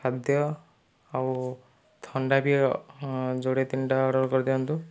ଖାଦ୍ୟ ଆଉ ଥଣ୍ଡା ବି ଯୋଡ଼ିଏ ତିନିଟା ଅର୍ଡ଼ର କରିଦିଅନ୍ତୁ